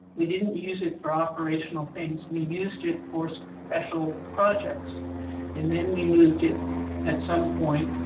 we didn't use it for operational things. we used it for so special projects and then we moved it at some point